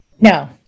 No